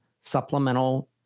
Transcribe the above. supplemental